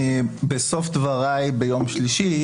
בסוף דבריי ביום שלישי